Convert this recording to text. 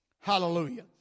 Hallelujah